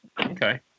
Okay